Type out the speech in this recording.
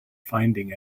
finding